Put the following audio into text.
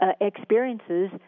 experiences